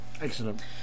Excellent